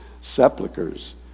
sepulchers